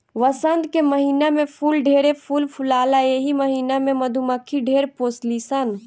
वसंत के महिना में फूल ढेरे फूल फुलाला एही महिना में मधुमक्खी ढेर पोसली सन